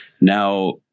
Now